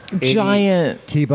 Giant